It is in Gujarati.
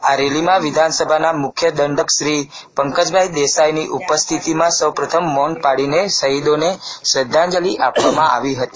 આ રેલીમાં વિધાનસભાના મુખ્ય દંડક શ્રી પંકજભાઈ દેસાઈની ઉપસ્થિતિમાં સૌપ્રથમ મૌન પાળીને શહીદોને શ્રદ્ધાંજલિ આપવામાં આવી હતી